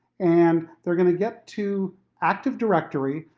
and they're gonna get to active directory,